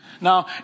Now